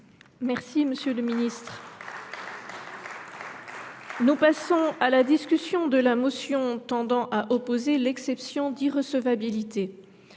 Oh ! Quelle lâcheté ! Nous passons à la discussion de la motion tendant à opposer l’exception d’irrecevabilité.